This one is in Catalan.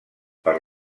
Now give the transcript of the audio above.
per